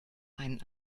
einen